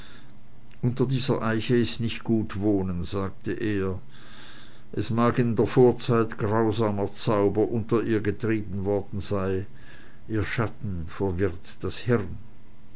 unter dieser eiche ist nicht gut wohnen sagte er es mag in der vorzeit grausamer zauber unter ihr getrieben worden sein ihr schatten verwirrt das hirn